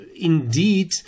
indeed